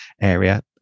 area